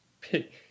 pick